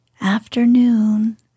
afternoon